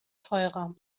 teurer